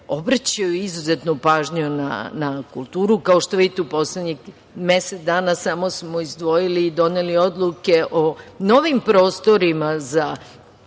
izuzetnu pažnju na kulturu. Kao što vidite, u poslednjih mesec dana samo smo izdvojili i doneli odluke o novim prostorima za